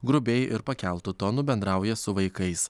grubiai ir pakeltu tonu bendrauja su vaikais